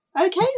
Okay